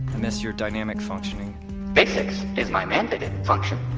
miss your dynamic functioning basics is my mandated function.